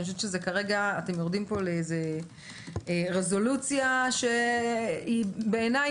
אני חושבת שכרגע אתם יורדים לאיזה רזולוציה שהיא בעיניי